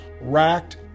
racked